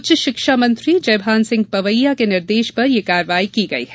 उच्च शिक्षा मंत्री जयभान सिंह पवैया के निर्देश पर यह कार्यवाही की गई है